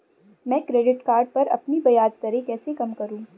मैं credit card पर अपनी ब्याज दरें कैसे कम करूँ?